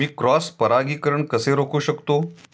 मी cross परागीकरण कसे रोखू शकतो?